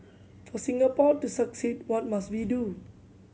for Singapore to succeed what must we do